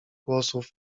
głosów